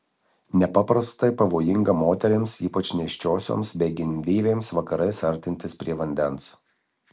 nepaprastai pavojinga moterims ypač nėščiosioms bei gimdyvėms vakarais artintis prie vandens